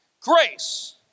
Grace